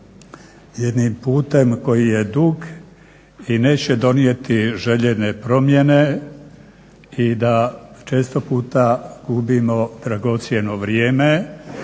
jednim putem koji je dug i neće donijeti željene promjene i da često puta gubimo dragocjeno vrijeme